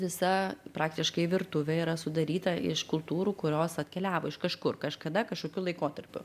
visa praktiškai virtuvė yra sudaryta iš kultūrų kurios atkeliavo iš kažkur kažkada kažkokiu laikotarpiu